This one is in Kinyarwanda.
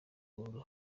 muntu